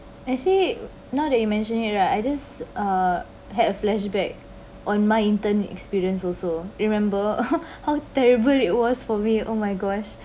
actually now that you mention it right I just uh had a flashback on my intern experience also remember uh how terrible it was for me oh my gosh